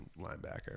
linebacker